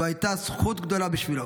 זו הייתה זכות גדולה בשבילו.